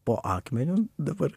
po akmeniu dabar